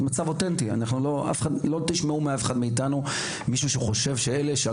לא תשמעו מאף אחד מאיתנו מישהו שחושב שיש פה אחרת.